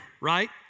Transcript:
right